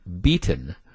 beaten